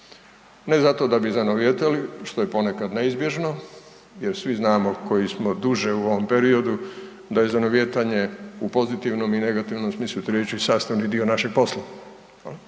Ne zato da bi zanovijetali, što je ponekad neizbježno jer svi znamo koji smo duže u ovom periodu da je zanovijetanje u pozitivnom i negativnom smislu .../Govornik se